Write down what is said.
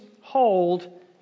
hold